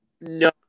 No